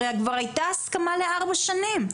הרי כבר הייתה הסכמה לארבע שנים.